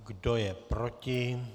Kdo je proti?